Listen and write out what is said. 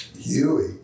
Huey